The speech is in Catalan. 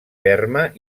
ferma